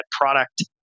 product